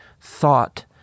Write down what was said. thought